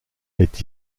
est